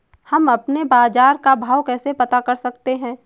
हम अपने बाजार का भाव कैसे पता कर सकते है?